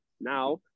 now